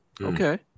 Okay